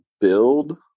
build